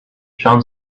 sean